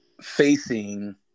facing